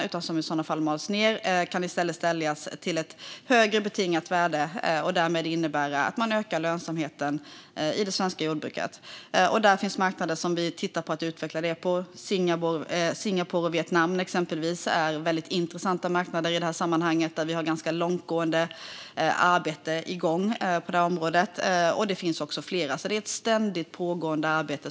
De mals ned och kan sedan säljas till ett högre betingat värde, och det innebär att man ökar lönsamheten i det svenska jordbruket. Vi tittar på marknader för att utveckla denna möjlighet. Till exempel är Singapore och Vietnam intressanta marknader i sammanhanget, och det finns långtgående arbete igång på området. Det finns också fler, och det är ett ständigt pågående arbete.